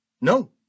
No